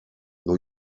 new